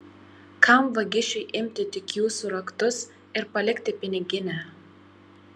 kam vagišiui imti tik jūsų raktus ir palikti piniginę